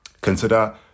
Consider